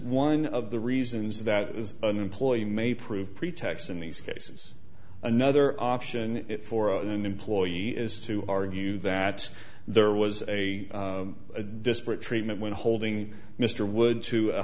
one of the reasons that as an employee may prove pretexts in these cases another option for an employee is to argue that there was a disparate treatment when holding mr wood to a